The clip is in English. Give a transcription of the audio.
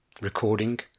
Recording